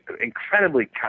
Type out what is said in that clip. incredibly